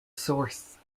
source